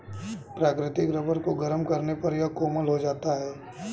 प्राकृतिक रबर को गरम करने पर यह कोमल हो जाता है